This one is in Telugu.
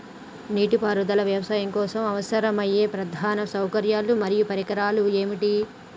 నీటిపారుదల వ్యవసాయం కోసం అవసరమయ్యే ప్రధాన సౌకర్యాలు మరియు పరికరాలు ఏమిటి?